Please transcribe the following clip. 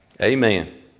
Amen